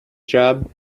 job